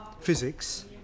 physics